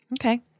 Okay